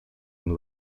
and